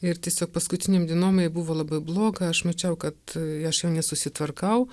ir tiesiog paskutinėm dienom jai buvo labai bloga aš mačiau kad aš jau nesusitvarkau